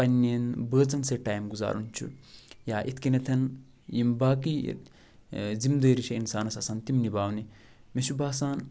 پَنٛنیٚن بٲژَن سۭتۍ ٹایِم گُزارُن چھُ یا اِتھ کَنیٚتھَن یِم باقٕے زِمدٲری چھِ اِنسانَس آسان تِم نباونہِ مےٚ چھُ باسان